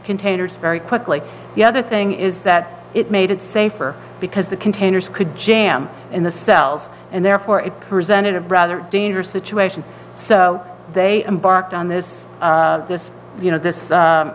containers very quickly the other thing is that it made it safer because the containers could jam in the cells and therefore it presented a rather dangerous situation so they embarked on this this you know this